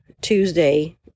tuesday